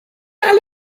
alle